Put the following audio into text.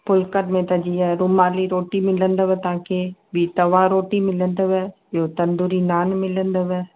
फुल्कनि में त जीअं रूमाली रोटी मिलंदव तव्हांखे बि तवा रोटी मिलंदव ॿियो तंदुरी नान मिलंदव